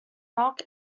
milk